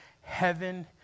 heaven